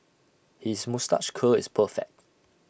his moustache curl is perfect